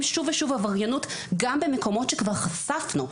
שוב ושוב עבריינות גם במקומות שכבר חשפנו,